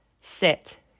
sit